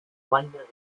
wineries